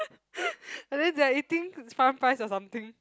I think they are eating farm rice or something